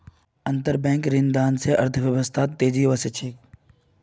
अंतरबैंक ऋणदान स अर्थव्यवस्थात तेजी ओसे छेक